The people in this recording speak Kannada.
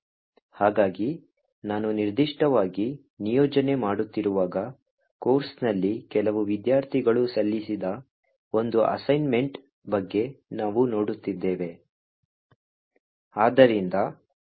ಹಾಗಾಗಿ ನಾನು ನಿರ್ದಿಷ್ಟವಾಗಿ ನಿಯೋಜನೆ ಮಾಡುತ್ತಿರುವಾಗ ಕೋರ್ಸ್ನಲ್ಲಿ ಕೆಲವು ವಿದ್ಯಾರ್ಥಿಗಳು ಸಲ್ಲಿಸಿದ ಒಂದು ಅಸೈನ್ಮೆಂಟ್ ಬಗ್ಗೆ ನಾವು ನೋಡುತ್ತಿದ್ದೇವೆ